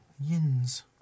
yins